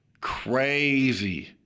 crazy